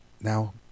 now